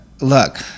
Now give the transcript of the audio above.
Look